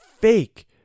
fake